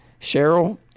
Cheryl